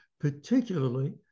particularly